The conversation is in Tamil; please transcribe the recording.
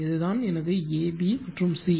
இதுதான் எனது a b மற்றும் c